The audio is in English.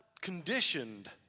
conditioned